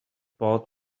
bought